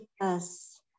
yes